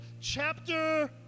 chapter